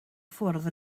ffwrdd